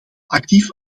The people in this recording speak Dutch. actief